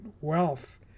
wealth